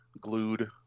glued